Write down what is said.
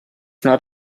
not